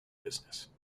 business